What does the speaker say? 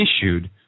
issued